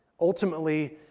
Ultimately